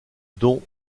dont